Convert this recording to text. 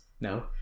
No